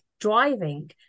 driving